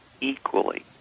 equally